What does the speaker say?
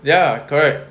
ya correct